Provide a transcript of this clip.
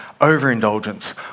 overindulgence